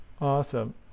Awesome